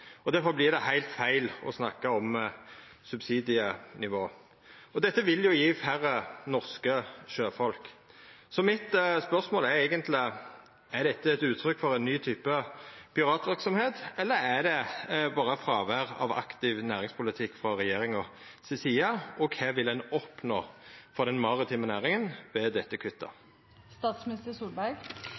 det heilt feil å snakka om subsidienivå. Dette vil jo gje færre norske sjøfolk. Mitt spørsmål er eigentleg: Er dette eit uttrykk for ein ny type piratverksemd, eller er det berre fråvær av aktiv næringspolitikk frå regjeringa si side? Kva vil ein oppnå for den maritime næringa med dette